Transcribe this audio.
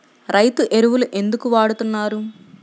రైతు ఎరువులు ఎందుకు వాడుతున్నారు?